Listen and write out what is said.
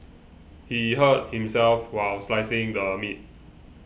he hurt himself while slicing the meat